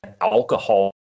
alcohol